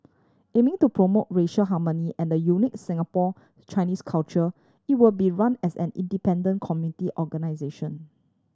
aiming to promote racial harmony and the unique Singapore Chinese culture it will be run as an independent community organisation